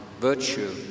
virtue